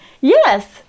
Yes